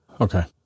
Okay